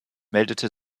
meldete